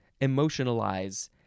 emotionalize